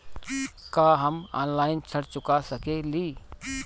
का हम ऑनलाइन ऋण चुका सके ली?